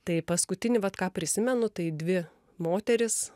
tai paskutinį vat ką prisimenu tai dvi moterys